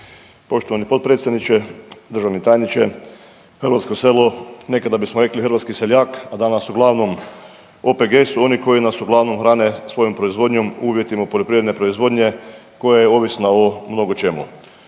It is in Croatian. Poštovani potpredsjedniče, državni tajniče hrvatsko selo nekada bismo rekli hrvatski seljak, a danas uglavnom OPG su oni koji nas uglavnom hrane svojom proizvodnjom, uvjetima poljoprivredne proizvodnje koja je ovisna o mnogo čemu.